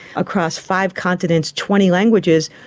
across five continents, twenty languages,